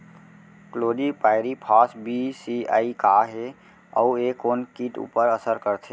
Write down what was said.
Chlorpyrifos बीस CE का हे अऊ ए कोन किट ऊपर असर करथे?